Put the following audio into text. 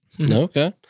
Okay